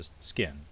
skin